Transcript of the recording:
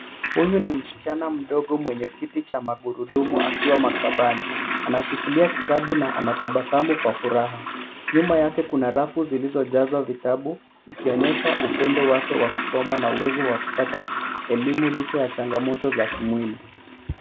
Huyu ni msichana mdogo mwenye kiti cha magurudumu akiwa maktabani. Anashikilia kitabu na anatabasamu kwa furaha. Nyuma yake kuna rafu zilizojazwa vitabu ikionyesha upendo wake wa kusoma na uwezo wa kupata elimu licha ya changamoto za kimwili.